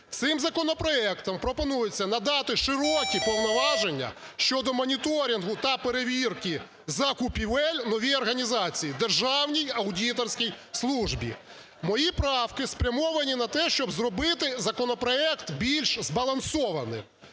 Цим законопроектом пропонується надати широкі повноваження щодо моніторингу та перевірки закупівель новій організації – Державній аудиторській службі. Мої правки спрямовані на те, щоб зробити законопроект більш збалансованим,